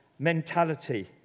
Mentality